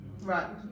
Right